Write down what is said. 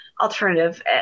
alternative